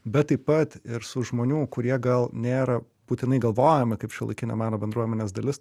bet taip pat ir su žmonių kurie gal nėra būtinai galvojama kaip šiuolaikinio meno bendruomenės dalis